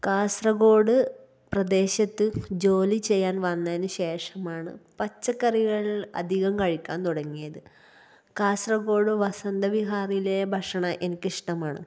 കാസര്ഗോഡ് പ്രദേശത്ത് ജോലി ചെയ്യാന് വന്നതിന് ശേഷമാണ് പച്ചക്കറികള് അധികം കഴിക്കാന് തുടങ്ങിയത് കാസര്ഗോഡ് വസന്തവിഹാറിലെ ഭക്ഷണം എനിക്കിഷ്ടമാണ്